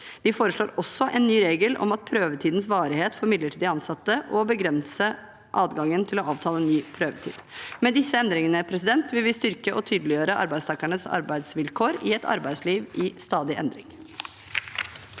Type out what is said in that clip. Vi foreslår også en ny regel om prøvetidens varighet for midlertidig ansatte og å begrense adgangen til å avtale ny prøvetid. Med disse endringene vil vi styrke og tydeliggjøre arbeidstakernes arbeidsvilkår i et arbeidsliv i stadig endring.